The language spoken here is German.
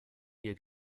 hier